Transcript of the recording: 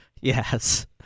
Yes